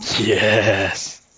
Yes